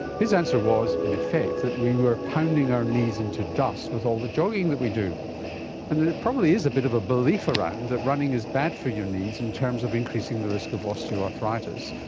his answer was, in effect, that we were pounding our knees into dust with all the jogging that we do and that there probably is a bit of a belief around and that running is bad for your knees in terms of increasing the risk of osteoarthritis,